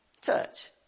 Touch